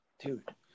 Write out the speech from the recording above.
Dude